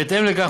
בהתאם לכך,